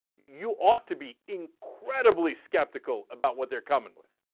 you ought to be incredibly skeptical about what they're coming with,